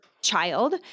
child